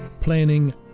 planning